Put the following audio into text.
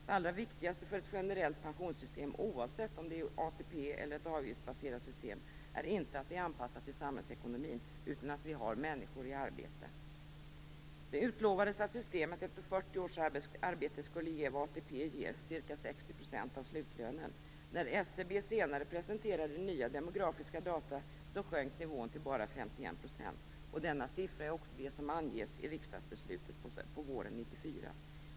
Det allra viktigaste för ett generellt pensionssystem, oavsett om det är ATP eller ett avgiftsbaserat system, är inte att det är anpassat till samhällsekonomin utan att vi har människor i arbete. Det utlovades att systemet efter 40 års arbete skulle ge vad ATP ger, ca 60 % av slutlönen. När SCB senare presenterade nya demografiska data sjönk nivån till bara 51 %. Denna siffra är också den som anges i riksdagsbeslutet våren 1994.